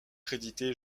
crédité